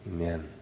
Amen